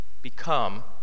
Become